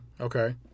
okay